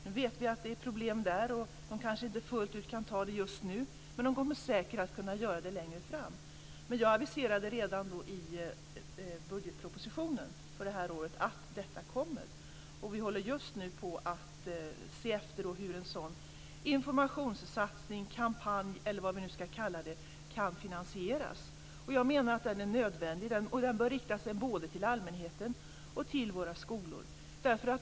Vi vet att det finns problem där. De kan kanske inte ta det ansvaret fullt ut just nu, men de kommer säkert att kunna göra det längre fram. Jag aviserade redan i budgetpropositionen för det här året att detta kommer. Vi håller just nu på att se efter hur en sådan informationssatsning, - kampanj eller vad vi nu ska kalla den kan finansieras. Jag menar att den är nödvändig. Den bör rikta sig både till allmänheten och till våra skolor.